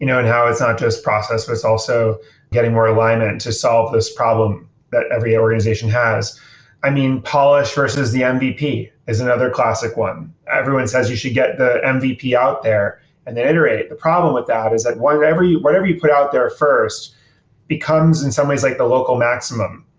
you know and how it's not just process, but it's also getting more alignment to solve this problem that every organization has i mean, polish versus the ah mvp is another classic one. everyone says you should get the mvp out there and then iterate. the problem with that is that whatever you put out there first becomes in some ways like the local maximum.